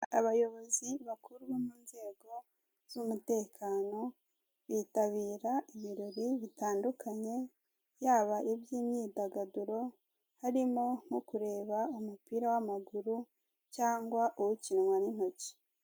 Abayobozi bakuru bo munzego z'umutekano, bitabira ibirori bitandukanye, yaba iby'imyidagaduro, harimo nko kureba umupira w'amaguru cyangwa ukinwa n'intoki.